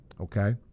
okay